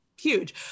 huge